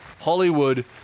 Hollywood